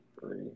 three